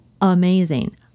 amazing